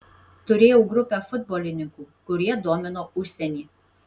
turėjau grupę futbolininkų kurie domino užsienį